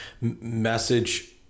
message